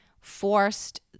forced